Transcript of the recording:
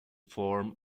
form